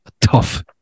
tough